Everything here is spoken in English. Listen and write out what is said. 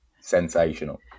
sensational